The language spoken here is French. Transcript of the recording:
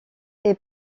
est